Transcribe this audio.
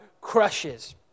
crushes